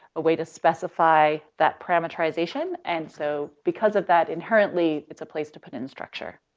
a way to specify that parameterization. and so because of that inherently, it's a place to put in structure.